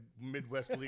Midwest